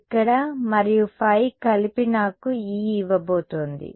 ఇక్కడ మరియు ϕ కలిపి నాకు E ఇవ్వబోతోంది